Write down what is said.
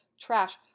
trash